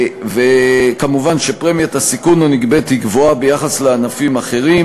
וכמובן שפרמיית הסיכון הנגבית גבוהה ביחס לענפים אחרים.